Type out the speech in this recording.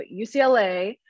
ucla